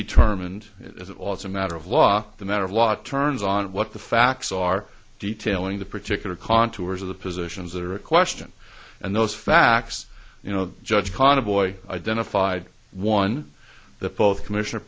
determined at all it's a matter of law the matter of law turns on what the facts are detailing the particular contours of the positions that are a question and those facts you know judge conboy identified one that both commissioner